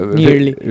nearly